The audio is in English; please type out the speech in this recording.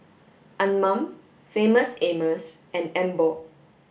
Anmum Famous Amos and Emborg